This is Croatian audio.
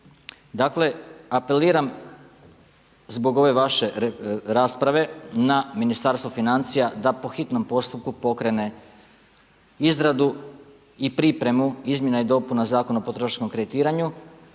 Dakle, apeliram zbog ove vaše rasprave na Ministarstvo financija da po hitnom postupku pokrene izradu i pripremu izmjena i dopuna Zakona o potrošačkom kreditiranju